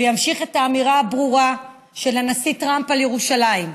וימשיך את האמירה הברורה של הנשיא טראמפ על ירושלים,